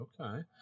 Okay